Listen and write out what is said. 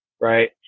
right